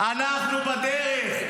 אנחנו בדרך.